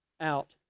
out